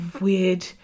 weird